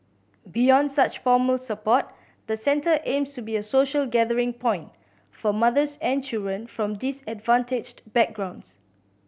beyond such formal support the centre aims to be a social gathering point for mothers and children from disadvantaged backgrounds